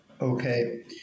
Okay